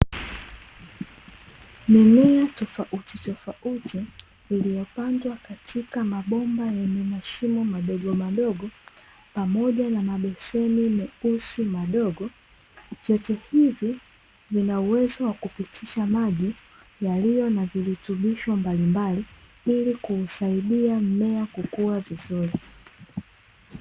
Mimea tofauti tofauti iliopandwa katika mabomba yenye mashimo madogo madogo, pamoja na beseni meusi madogo. Vyote hivi vinawezo wa kupitisha maji yaliyo na virutubisho mbalimbali ili kusaidia mmea kukua vizuri.